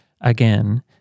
again